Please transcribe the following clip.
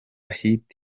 hit